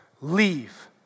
leave